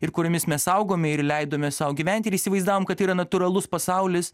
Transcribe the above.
ir kuriomis mes augome ir įleidome sau gyventi ir įsivaizdavom kad tai yra natūralus pasaulis